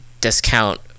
discount